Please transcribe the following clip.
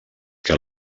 que